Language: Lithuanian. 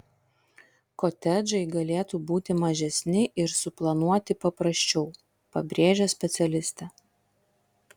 kotedžai galėtų būti mažesni ir suplanuoti paprasčiau pabrėžia specialistė